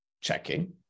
checking